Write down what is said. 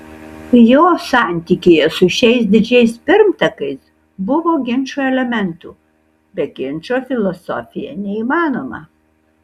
jo santykyje su šiais didžiais pirmtakais buvo ginčo elementų be ginčo filosofija neįmanoma